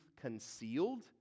concealed